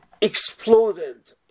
exploded